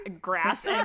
grass